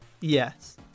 Yes